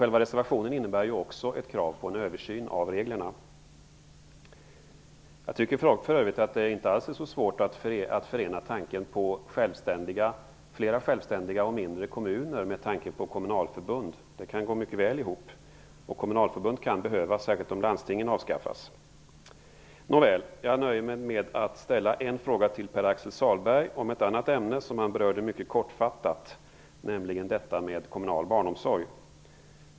I reservationen framförs också ett krav på en översyn av reglerna. Jag tycker för övrigt att det inte alls är så svårt att förena tanken på flera självständiga och mindre kommuner med tanken på kommunalförbund. De kan mycket väl gå ihop. Kommunalförbund kan behövas, särskilt om landstingen avskaffas. Jag nöjer mig med att ställa en fråga till Pär-Axel Sahlberg om ett annat ämne, som han berörde mycket kortfattat, nämligen kommunal barnomsorg.